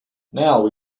now